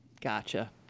Gotcha